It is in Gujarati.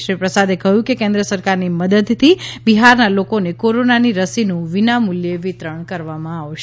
શ્રી પ્રસાદે કહ્યું કે કેન્દ્ર સરકારની મદદથી બિહારના લોકોને કોરોનાની રસીનું વિનામૂલ્યે વિતરણ કરાશે